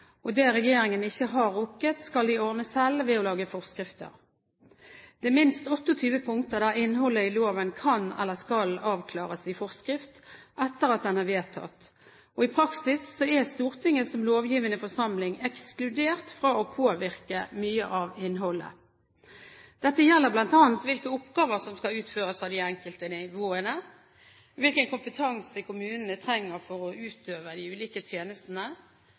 og det regjeringen ikke har rukket, skal man ordne selv ved å lage forskrifter. Det er minst 28 punkter der innholdet i loven kan eller skal avklares i forskrift etter at den er vedtatt, og i praksis er Stortinget som lovgivende forsamling ekskludert fra å påvirke mye av innholdet. Dette gjelder bl.a.: hvilke oppgaver som skal utføres av de enkelte nivåene hvilken kompetanse kommunene trenger for å utøve de ulike tjenestene